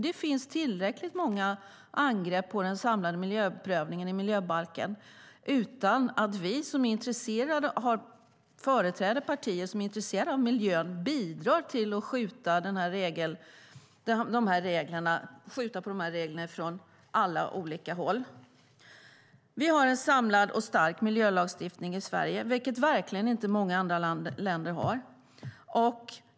Det finns tillräckligt många angrepp på den samlade miljöprövningen i miljöbalken utan att vi som företräder partier som är intresserade av miljön ska bidra till att skjuta på de här reglerna från alla möjliga håll. Vi har en samlad och stark miljölagstiftning i Sverige, vilket verkligen inte många andra länder har.